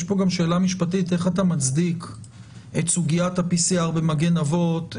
יש פה גם שאלה משפטית איך אתה מצדיק את סוגיית ה-PCR במגן אבות.